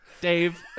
Dave